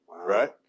right